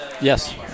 Yes